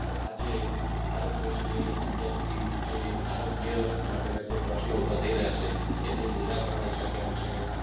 તો આજે ભારત દેશની અંદરથી જે આરોગ્ય માટેના જે પ્રશ્નો ઊભા થઈ રહ્યા છે એનું નિરાકરણ આવી શકે એમ છે ફક્ત